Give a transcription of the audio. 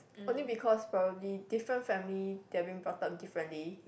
only because probably different family they have been brought up differently